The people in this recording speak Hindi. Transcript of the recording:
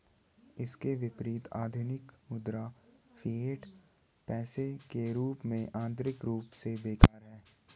इसके विपरीत, आधुनिक मुद्रा, फिएट पैसे के रूप में, आंतरिक रूप से बेकार है